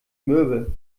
mürbe